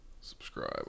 subscribe